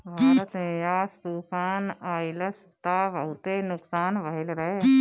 भारत में यास तूफ़ान अइलस त बहुते नुकसान भइल रहे